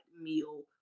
meal